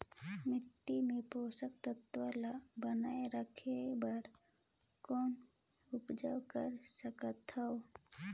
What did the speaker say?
माटी मे पोषक तत्व ल बनाय राखे बर कौन उपाय कर सकथव?